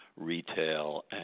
retail